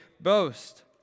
boast